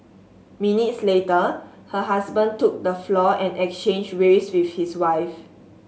minutes later her husband took the floor and exchanged waves with his wife